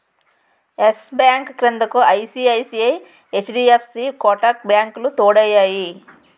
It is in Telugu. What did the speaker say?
ఎస్ బ్యాంక్ క్రిందకు ఐ.సి.ఐ.సి.ఐ, హెచ్.డి.ఎఫ్.సి కోటాక్ బ్యాంకులు తోడయ్యాయి